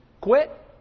quit